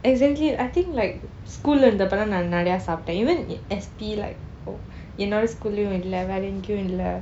exactly I think like school லே இருந்தப்போ நான் நிறைய சாப்பிட்டேன்:lei irunthapo naan niraiya saapithen even in S_P like என்னுடைய:ennudaiya school லே யும் இல்லை:lei yum illai N_T_U லே யும் இல்லை:lei yum illai